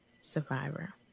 survivor